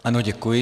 Ano, děkuji.